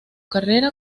carrera